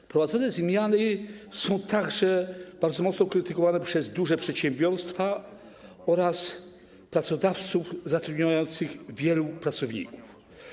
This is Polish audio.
Wprowadzone zmiany są także bardzo mocno krytykowane przez duże przedsiębiorstwa oraz pracodawców zatrudniających wielu pracowników.